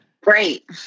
Great